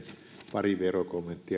pari verokommenttia esittämättä